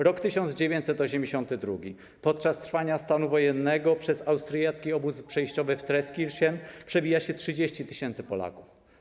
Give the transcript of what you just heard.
Rok 1982 - podczas trwania stanu wojennego przez austriackie obozy przejściowe w Traiskirchen przewija się 30 tys. Polaków.